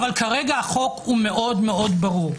כרגע החוק הוא מאוד מאוד ברור.